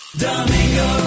Domingo